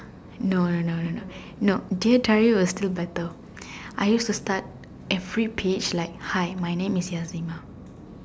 no no no no no dear diary was still better I used to start every page like hi my name is Yazeemah